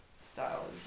style